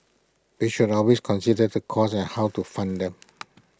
we should always consider the costs and how to fund them